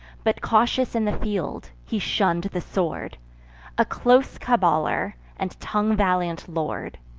but cautious in the field, he shunn'd the sword a close caballer, and tongue-valiant lord.